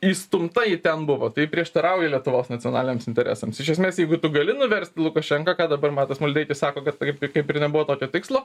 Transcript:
įstumta ji ten buvo tai prieštarauja lietuvos nacionaliniams interesams iš esmės jeigu tu gali nuversti lukašenką ką dabar matas maldeikis sako kad kaip kaip ir nebuvo tokio tikslo